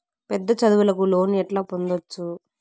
పెద్ద చదువులకు లోను ఎట్లా పొందొచ్చు